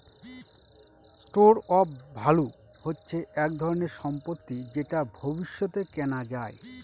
store of value হচ্ছে এক ধরনের সম্পত্তি যেটা ভবিষ্যতে কেনা যায়